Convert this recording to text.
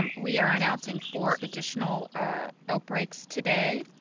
um we're announcing four additional outbreaks today.